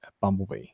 bumblebee